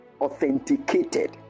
authenticated